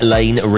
Lane